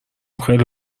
خیلی